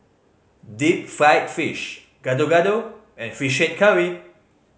deep fried fish Gado Gado and Fish Head Curry